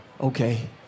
okay